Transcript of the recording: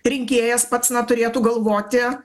rinkėjas pats na turėtų galvoti